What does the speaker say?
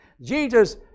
Jesus